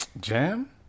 Jam